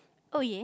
oh yeah